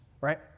right